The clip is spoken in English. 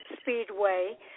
Speedway